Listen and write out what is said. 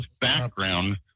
background